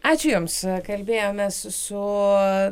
ačiū jums kalbėjomės su